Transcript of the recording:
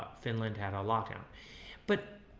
finland had lockdown but